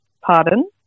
Pardon